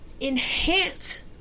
enhance